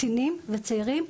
קטינים וצעירים,